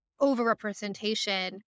overrepresentation